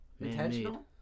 intentional